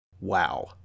Wow